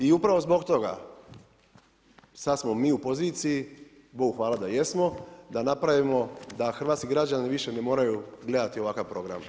I upravo zbog toga sad smo mi u poziciji, bogu hvala da jesmo, da napravimo da hrvatski građani više ne moraju gledati ovakav program.